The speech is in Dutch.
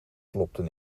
klopten